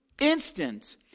instant